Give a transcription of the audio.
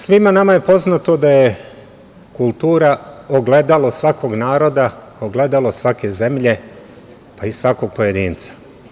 Svima nama je poznato da je kultura ogledalo svakog naroda, ogledalo svake zemlje, pa i svakog pojedinca.